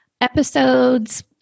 episodes